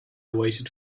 waited